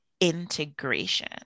integration